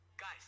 Guys